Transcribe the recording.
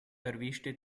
erwischte